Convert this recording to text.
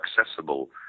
accessible